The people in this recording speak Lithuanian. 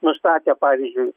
nustatė pavyzdžiui